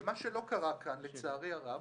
מה שלא קרה כאן, לצערי הרב,